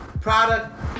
product